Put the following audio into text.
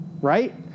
right